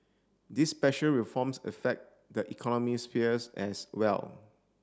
these special reforms affect the economies sphere as well